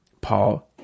Paul